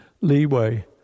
leeway